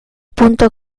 punto